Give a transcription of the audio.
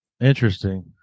interesting